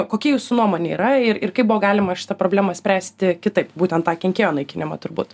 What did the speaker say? kokia jūsų nuomone yra ir ir kaip buvo galima šitą problemą spręsti kitaip būtent tą kenkėjų naikinimą turbūt